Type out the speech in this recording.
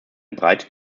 breite